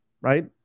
right